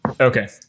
Okay